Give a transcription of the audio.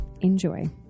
enjoy